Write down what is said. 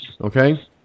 Okay